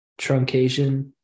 truncation